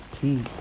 Peace